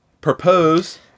propose